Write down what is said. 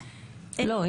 לא,